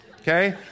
Okay